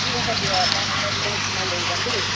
ঠিক আছে দিয়া মই মহয় তোমাক মই লৈ যাম দেই